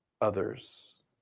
others